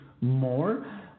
more